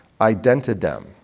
identidem